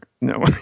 No